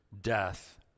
death